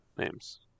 Names